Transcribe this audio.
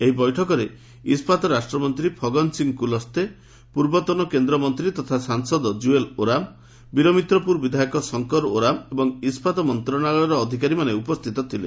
ଏହି ବୈଠକରେ ଇସ୍କାତ ରାଷ୍ଟ୍ରମନ୍ତୀ ଫଗନ ସିଂ କୁଲସେ ପୂର୍ବତନ କେନ୍ଦ୍ରମନ୍ତୀ ତଥା ସାଂସଦ ଜୁଏଲ୍ ଓରାମ ବୀରମିତ୍ରପୁର ବିଧାୟକ ଶଙ୍କର ଓରାମ ଏବଂ ଇସ୍ୱାତ ମନ୍ତଣାଳୟର ଅଧିକାରୀମାନେ ଉପସ୍କିତ ଥିଲେ